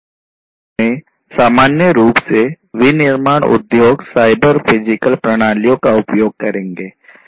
उद्योग में सामान्य रूप से विनिर्माण उद्योग साइबर फिजिकल प्रणालियों का उपयोग करेंगे